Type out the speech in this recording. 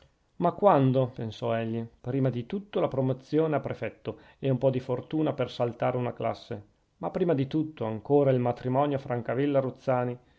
ma quando pensò egli prima di tutto la promozione a prefetto e un po di fortuna per saltare una classe ma prima di tutto ancora il matrimonio francavilla ruzzani